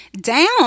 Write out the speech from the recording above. down